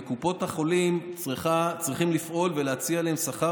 וקופות החולים צריכות לפעול ולהציע להם שכר